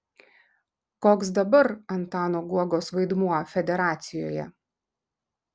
koks dabar antano guogos vaidmuo federacijoje